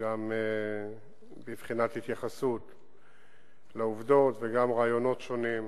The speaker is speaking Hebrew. גם בבחינת התייחסות לעובדות וגם רעיונות שונים,